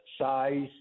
size